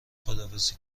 خداحافظی